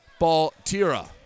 Baltira